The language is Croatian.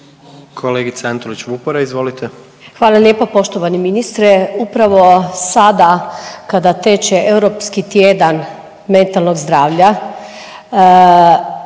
**Antolić Vupora, Barbara (SDP)** Hvala lijepo poštovani ministre. Upravo sada kada teče europski tjedan mentalnog zdravlja